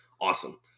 awesome